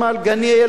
גני-ילדים,